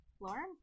Lauren